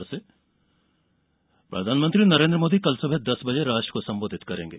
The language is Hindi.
पीएम संबोधन प्रधानमंत्री नरेन्द्र मोदी कल सुबह दस बजे राष्ट्र को सम्बोधित करेंगे